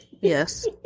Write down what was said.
Yes